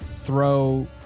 throw